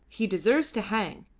he deserves to hang.